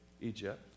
Egypt